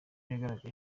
yagaragaye